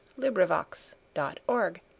LibriVox.org